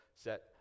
set